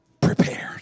prepared